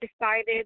decided